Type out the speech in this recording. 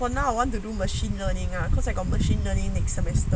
for now I want to do machine learning ah because I got machine learning next semester